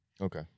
Okay